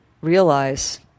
realize